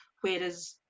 whereas